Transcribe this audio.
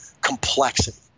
Complexity